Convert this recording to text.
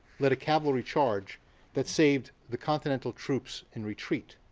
led a cavalry charge that saved the continental troops in retreat.